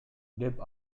деп